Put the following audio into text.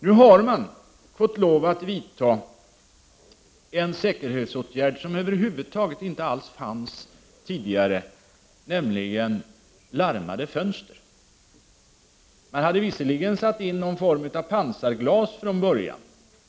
Nu har man fått lov att vidta en säkerhetsåtgärd som över huvud taget inte funnits tidigare, nämligen larmade fönster. Man hade visserligen satt in någon form av pansarglas från början.